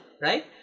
right